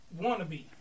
wannabe